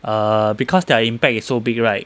err because their impact is so big right